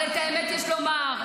אבל את האמת יש לומר: